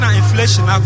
inflation